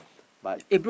but